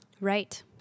Right